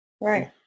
Right